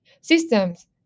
systems